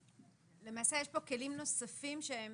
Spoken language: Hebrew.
למעשה יש כאן כלים נוספים שהם